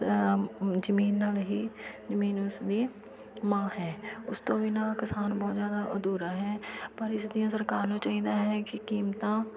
ਜ਼ਮੀਨ ਨਾਲ ਹੀ ਜ਼ਮੀਨ ਉਸਦੀ ਮਾਂ ਹੈ ਉਸ ਤੋਂ ਬਿਨਾਂ ਕਿਸਾਨ ਬਹੁਤ ਜ਼ਿਆਦਾ ਅਧੂਰਾ ਹੈ ਪਰ ਇਸ ਦੀਆਂ ਸਰਕਾਰ ਨੂੰ ਚਾਹੀਦਾ ਹੈ ਕਿ ਕੀਮਤਾਂ